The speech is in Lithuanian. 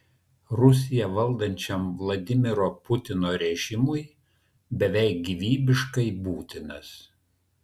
rusiją valdančiam vladimiro putino režimui beveik gyvybiškai būtinas